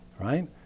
right